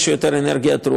26 בעד, אין מתנגדים.